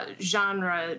genre